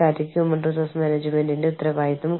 അന്താരാഷ്ട്ര തലത്തിൽ അവസരം കൈമാറാൻ അവർ ആഗ്രഹിക്കുന്നു